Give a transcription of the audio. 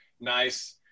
nice